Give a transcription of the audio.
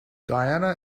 diana